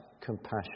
compassion